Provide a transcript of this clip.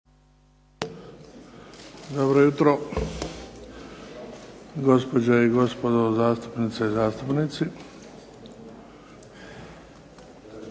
Dobro jutro! Gospođe i gospodo zastupnice i zastupnici,